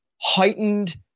heightened